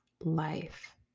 life